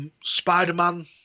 Spider-Man